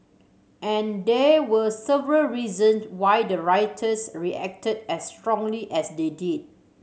and there were several reason why the rioters reacted as strongly as they did